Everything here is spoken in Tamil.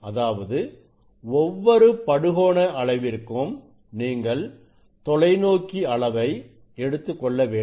அதாவது ஒவ்வொரு படுகோண அளவிற்கும் நீங்கள் தொலைநோக்கி அளவை எடுத்துக்கொள்ள வேண்டும்